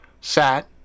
sat